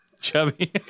Chubby